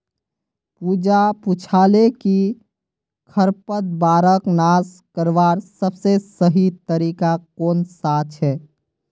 पूजा पूछाले कि खरपतवारक नाश करवार सबसे सही तरीका कौन सा छे